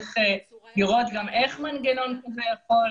צריך גם לראות איך מנגנון כזה יכול לפעול